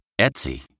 Etsy